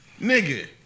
nigga